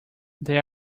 they